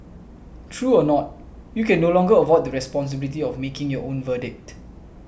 true or not you can no longer avoid the responsibility of making your own verdict